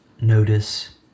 notice